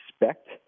expect